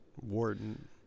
Warden